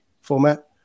format